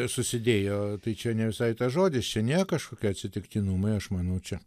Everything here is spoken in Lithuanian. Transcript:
susidėjo tai čia ne visai tas žodis čia nėr kažkokie atsitiktinumai aš manau čia